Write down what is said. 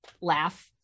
laugh